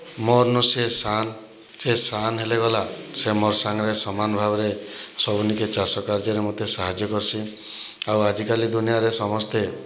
ମୋରନୁ ସେ ସାନ୍ ସେ ସାନ୍ ହେଲେ ଗଲା ସେ ମୋର ସାଙ୍ଗରେ ସମାନ ଭାବରେ ସବୁନିକେ ଚାଷ କାର୍ଯ୍ୟରେ ମୋତେ ସାହାଯ୍ୟ କର୍ସି ଆଉ ଆଜିକାଲି ଦୁନିଆରେ ସମସ୍ତେ